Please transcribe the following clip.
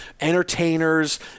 entertainers